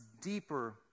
deeper